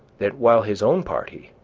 that while his own party,